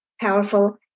powerful